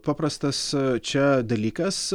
paprastas čia dalykas